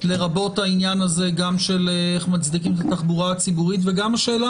לרבות העניין הזה של איך מצדיקים את התחבורה הציבורית וגם השאלה